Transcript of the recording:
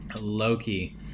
loki